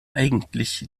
eigentlich